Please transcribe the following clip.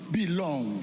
belong